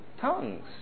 Tongues